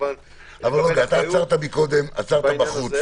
עצרת בחוץ